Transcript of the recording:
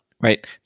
right